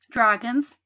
dragons